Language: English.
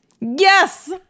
Yes